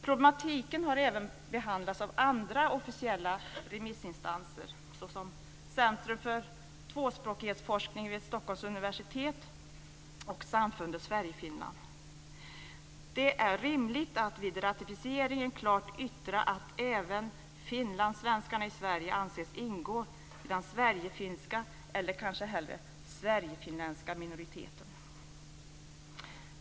Problematiken har även behandlats av andra officiella remissinstanser såsom Centrum för tvåspråkighetsforskning vid Stockholms universitet och Samfundet Sverige-Finland. Det är rimligt att vid ratificeringen klart yttra att även finlandssvenskarna i Sverige anses ingå i den sverigefinska, eller kanske hellre sverigefinländska, minoriteten.